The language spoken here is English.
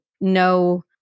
no